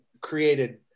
created